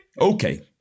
Okay